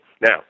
Now